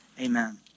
amen